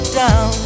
down